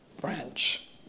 branch